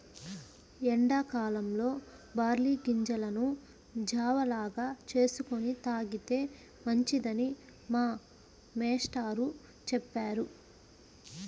ఎండా కాలంలో బార్లీ గింజలను జావ లాగా చేసుకొని తాగితే మంచిదని మా మేష్టారు చెప్పారు